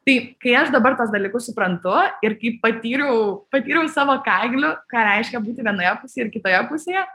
tai kai aš dabar tuos dalykus suprantu ir kai patyriau patyriau savo kailiu ką reiškia būti vienoje pusėje ir kitoje pusėje